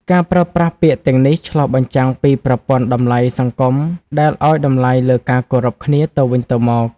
ការប្រើប្រាស់ពាក្យទាំងនេះឆ្លុះបញ្ចាំងពីប្រព័ន្ធតម្លៃសង្គមដែលឲ្យតម្លៃលើការគោរពគ្នាទៅវិញទៅមក។